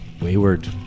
wayward